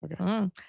Okay